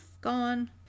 gone